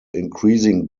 increasing